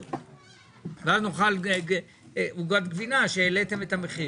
השבועות ואז נוכל עוגת גבינה כשהעליתם את המחיר.